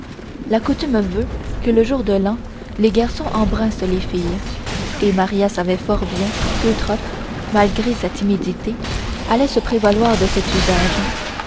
la coutume veut que le jour de l'an les garçons embrassent les filles et maria savait fort bien qu'eutrope malgré sa timidité allait se prévaloir de cet usage